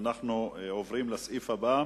אנחנו עוברים לסעיף הבא: